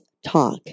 talk